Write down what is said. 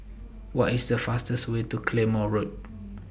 What IS The fastest Way to Claymore Road